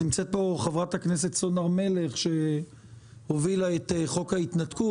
נמצאת כאן חברת הכנסת סון הר מלך שהובילה את חוק ההתנתקות.